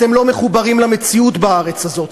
אתם לא מחוברים למציאות בארץ הזאת.